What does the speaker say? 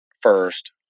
first